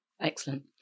excellent